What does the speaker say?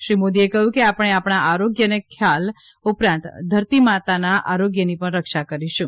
શ્રી મોદીએ કહ્યું કે આપણે આપણા આરોગ્યનો ખ્યાલ ઉપરાંત ધરતી માના આરોગ્યની પણ રક્ષા કરી શકીશું